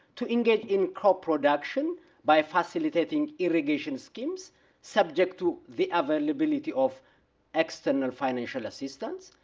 to engage in crop production by facilitating irrigation schemes subject to the availability of external financial assistance.